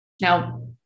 Now